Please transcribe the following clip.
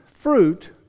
fruit